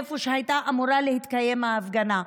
איפה שהייתה אמורה להתקיים ההפגנה.